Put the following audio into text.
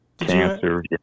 cancer